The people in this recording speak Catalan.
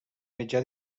mitjà